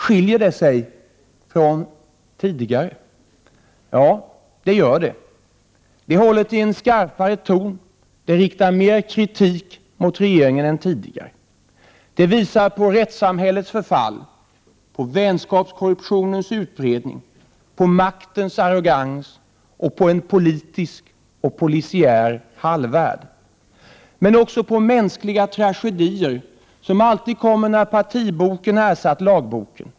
Skiljer det sig från tidigare? Ja, det gör det. Det är hållet i en skarpare ton, och det riktar mer kritik mot regeringen än tidigare. Det visar på rättssamhällets förfall, på vänskapskorruptionens utbredning, på maktens arrogans och på en politisk och polisiär halvvärld. Men det visar också på de mänskliga tragedier som alltid kommer när partiboken ersatt lagboken.